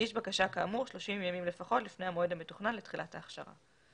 יגיש בקשה כאמור 30 ימים לפחות לפני המועד המתוכנן לתחילת ההכשרה.